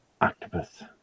Octopus